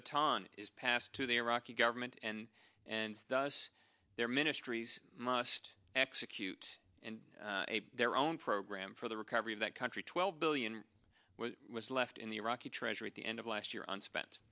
baton is passed to the iraqi government and and thus their ministries must execute and their own program for the recovery of that country twelve billion was left in the iraqi treasury at the end of last year on spent